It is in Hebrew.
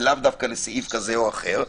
לאו דווקא לסעיף כזה או אחר?